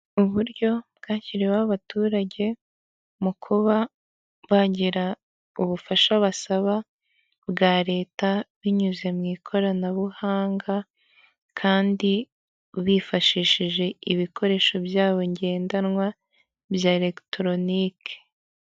Igiceri cy'u Rwanda cyanditseho banke nasiyonari di Rwanda, bigaragara ko cyakozwe mu mwaka w' igihumbi kimwe magana cyenda mirongo irindwi na karindwi, kandi iki giceri gishushanyijeho igitoki bigaragara ko mu Rwanda haba insina nyinshi.